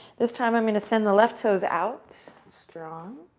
this time i'm going to send the left toes out, strong,